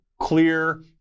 clear